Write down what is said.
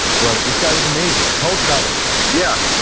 but this guy was amazing. tell us about him yeah.